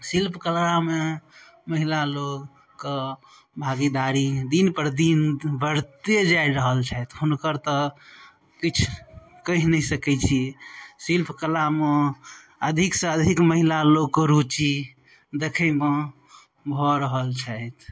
शिल्पकलामे महिला लोकके भागीदारी दिन पर दिन बढ़िते जा रहल छथि हुनकर तऽ किछु कहि नहि सकै छी शिल्पकलामे अधिकसँ अधिक महिला लोकके रूचि देखैमे भऽ रहल छथि